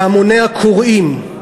להמוני הקוראים,